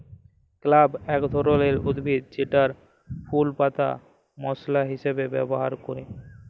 clove এক ধরলের উদ্ভিদ জেতার ফুল পাতা মশলা হিসাবে ব্যবহার ক্যরে